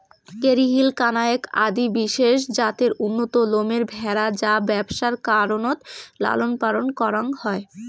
Kerry Hill, কানায়াক আদি বিশেষ জাতের উন্নত লোমের ভ্যাড়া যা ব্যবসার কারণত লালনপালন করাং হই